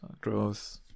growth